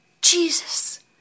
Jesus